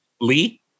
Lee